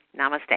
Namaste